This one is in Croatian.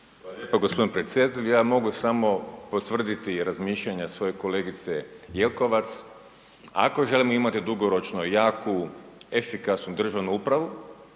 Hvala gospodine predsjedatelju. Ja mogu samo potvrditi razmišljanja svoje kolegice Jelkovac. Ako želimo imati dugoročno jaku, efikasnu državnu upravu,